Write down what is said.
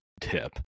tip